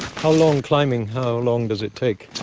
how long climbing? how long does it take?